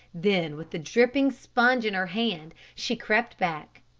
then with the dripping sponge in her hand, she crept back,